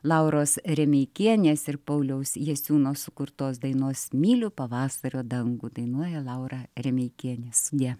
lauros remeikienės ir pauliaus jasiūno sukurtos dainos myliu pavasario dangų dainuoja laura remeikienė sudie